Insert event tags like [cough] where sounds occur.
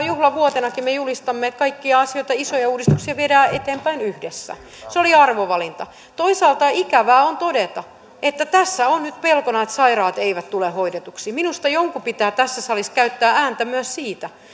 [unintelligible] juhlavuotenakin me julistamme että kaikkia asioita isoja uudistuksia viedään eteenpäin yhdessä se oli arvovalinta toisaalta ikävää on todeta että tässä on nyt pelkona että sairaat eivät tule hoidetuiksi minusta jonkun pitää tässä salissa käyttää ääntä myös siitä